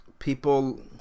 people